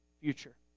future